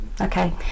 Okay